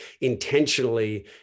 intentionally